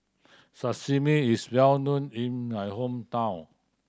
sashimi is well known in my hometown